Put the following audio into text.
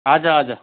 हजुर हजुर